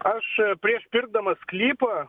aš prieš pirkdamas sklypą